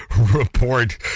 report